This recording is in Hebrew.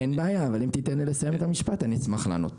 אם תיתן לי לסיים את המשפט אני אשמח לענות.